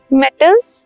metals